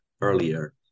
earlier